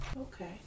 Okay